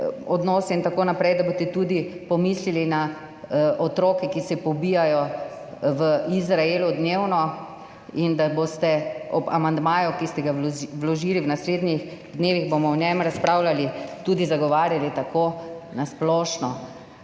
odnose in tako naprej, da boste pomislili tudi na otroke, ki jih dnevno pobijajo v Izraelu, in da boste ob amandmaju, ki ste ga vložili, v naslednjih dneh bomo o njem razpravljali, tudi zagovarjali tako na splošno